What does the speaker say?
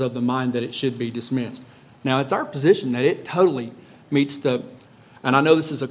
of the mind that it should be dismissed now it's our position that it totally meets the and i know this is a